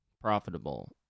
profitable